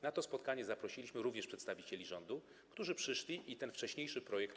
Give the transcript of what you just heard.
Na to spotkanie zaprosiliśmy również przedstawicieli rządu, którzy przyszli i omówili ten wcześniejszy projekt.